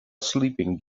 sleeping